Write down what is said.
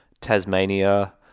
Tasmania